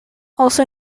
also